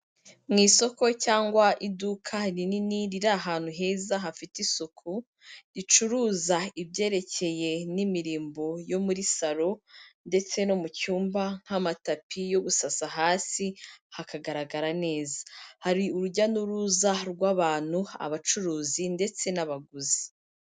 Mu isoko cyangwa iduka rinini, riri ahantu heza hafite isuku, ricuruza ibyerekeye n'imirimbo yo muri salo ndetse no mu cyumba nk'amatapi yo gusasa hasi, hakagaragara neza. Hari urujya n'uruza rw'abantu, abacuruzi ndetse n'abaguzi.